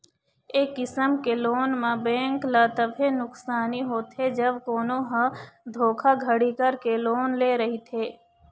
ए किसम के लोन म बेंक ल तभे नुकसानी होथे जब कोनो ह धोखाघड़ी करके लोन ले रहिथे